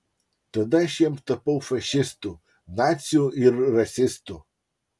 tada aš jiems tapau fašistu naciu ir rasistu